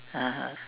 (uh huh)